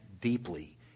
deeply